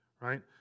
Right